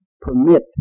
permit